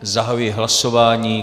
Zahajuji hlasování.